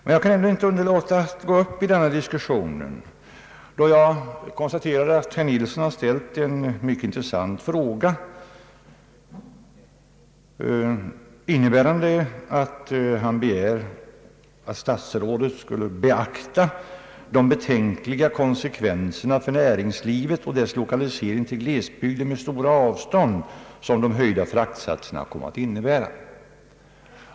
Men jag kan ändå inte underlåta att delta i denna diskussion, då jag konstaterar att herr Nilsson ställt en mycket intressant fråga, innebärande att han begär att statsrådet skulle beakta de betänkliga konsekvenser för näringslivet och dess lokalisering till glesbygder med stora avstånd, som de höjda fraktsatserna kommer att innebära.